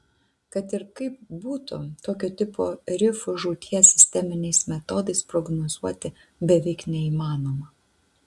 kad ir kaip būtų tokio tipo rifų žūties sisteminiais metodais prognozuoti beveik neįmanoma